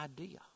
idea